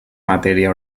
matèria